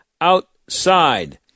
outside